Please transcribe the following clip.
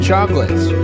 Chocolates